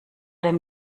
dem